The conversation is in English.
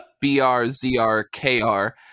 B-R-Z-R-K-R